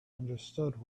understood